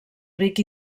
ric